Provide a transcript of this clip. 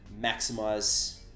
maximize